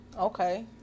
okay